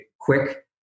quick